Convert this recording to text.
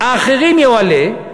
לאחרים יועלה,